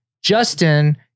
Justin